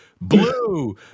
Blue